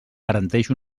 garanteix